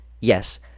Yes